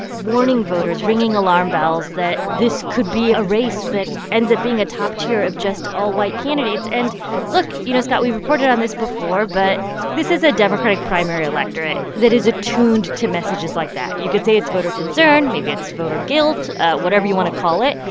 warning voters, ringing alarm bells that this could be a race that ends up being a top tier of just all-white candidates. and look you know, scott, we've reported on this before, but this is a democratic primary electorate that is attuned to messages like that. you could say it's voter concern. maybe it's voter guilt whatever you want to call it.